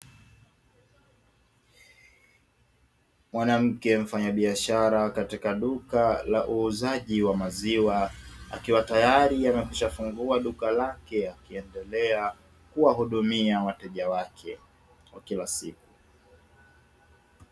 Mwanamke mfanyabiashara katika duka la uuzaji wa maziwa, akiwa tayari ameshafungua duka lake, akiendelea kuhudumia wateja wake wa kila siku.